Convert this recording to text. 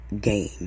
game